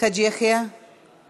חבר הכנסת חאג' יחיא, מוותר,